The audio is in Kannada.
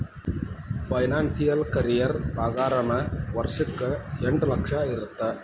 ಫೈನಾನ್ಸಿಯಲ್ ಕರಿಯೇರ್ ಪಾಗಾರನ ವರ್ಷಕ್ಕ ಎಂಟ್ ಲಕ್ಷ ಇರತ್ತ